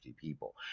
people